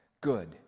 Good